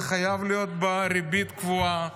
זה חייב להיות בריבית קבועה,